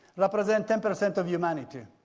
represent ten percent of humanity.